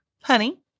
Honey